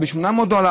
זה ב-800 דולר.